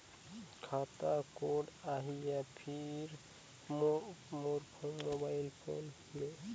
खाता कोड आही या फिर मोर मोबाइल फोन मे?